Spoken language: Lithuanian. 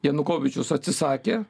janukovyčius atsisakė